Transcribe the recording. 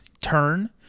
turn